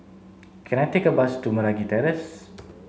can I take a bus to Meragi Terrace